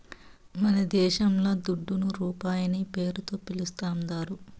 మనదేశంల దుడ్డును రూపాయనే పేరుతో పిలుస్తాందారు